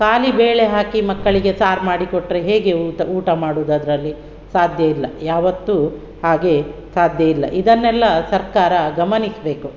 ಖಾಲಿ ಬೇಳೆ ಹಾಕಿ ಮಕ್ಕಳಿಗೆ ಸಾರು ಮಾಡಿಕೊಟ್ಟರೆ ಹೇಗೆ ಊಟ ಊಟ ಮಾಡುವುದು ಅದರಲ್ಲಿ ಸಾಧ್ಯ ಇಲ್ಲ ಯಾವತ್ತು ಹಾಗೆ ಸಾಧ್ಯವಿಲ್ಲ ಇದನ್ನೆಲ್ಲ ಸರ್ಕಾರ ಗಮನಿಸಬೇಕು